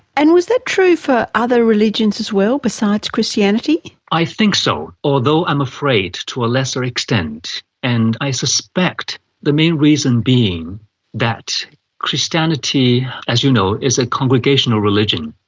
and was that true for other religions as well besides christianity? i think so, although i'm afraid to a lesser extent and i suspect the main reason being that christianity, as you know, is a congregational religion,